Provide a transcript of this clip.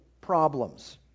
problems